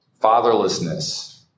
fatherlessness